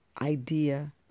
idea